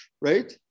right